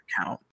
account